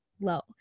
low